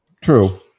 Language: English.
True